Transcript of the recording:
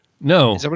No